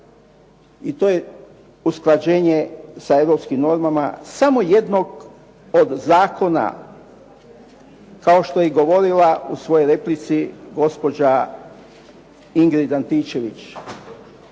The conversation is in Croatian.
i to je usklađenje sa europskim normama samo jednog od zakona kao što je i govorila u svojoj replici gospođa Ingrid Antičević.